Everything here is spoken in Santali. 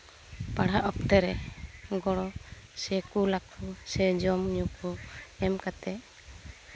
ᱯᱟᱲᱦᱟᱜ ᱚᱠᱛᱮ ᱨᱮ ᱜᱚᱲᱚ ᱥᱮ ᱠᱩᱞ ᱟᱠᱚ ᱥᱮ ᱡᱚᱢ ᱧᱩ ᱠᱚ ᱮᱢ ᱠᱟᱛᱮ